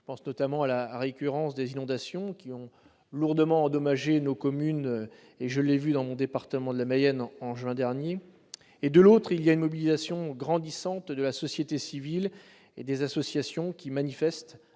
Je pense notamment à la récurrence des inondations qui ont lourdement endommagé nos communes- je l'ai vu dans mon département, la Mayenne, en juin dernier. De l'autre, on assiste à une mobilisation grandissante de la société civile et des associations, qui manifestent,